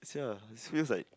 sia this feels like